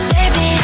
Baby